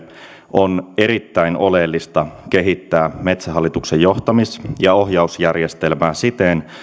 on erittäin oleellista kehittää metsähallituksen johtamis ja ohjausjärjestelmää siten